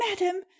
madam